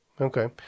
okay